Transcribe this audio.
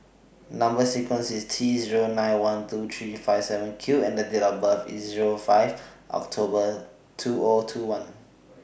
Number sequence IS T Zero nine one two three five seven Q and Date of birth IS Zero five October two O two one